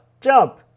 jump